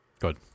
good